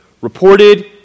reported